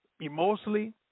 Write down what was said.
emotionally